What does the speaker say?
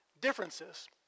differences